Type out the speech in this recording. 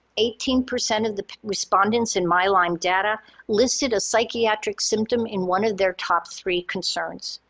eighteen percent of the respondents in mylymedata listed a psychiatric symptom in one of their top three concerns.